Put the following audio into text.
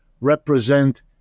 represent